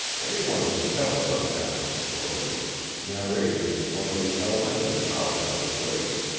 anyone can tell some kind of story narration is one of the elemental powers of the race.